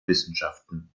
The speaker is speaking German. wissenschaften